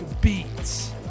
beats